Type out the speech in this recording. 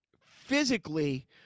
physically